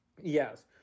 Yes